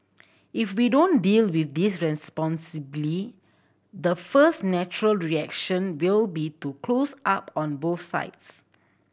if we don't deal with this responsibly the first natural reaction will be to close up on both sides